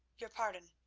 your pardon.